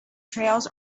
trails